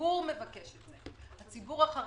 הציבור מבקש את זה, הציבור החרדי.